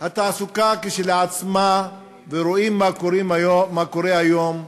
התעסוקה כשלעצמה, ורואים מה קורה היום,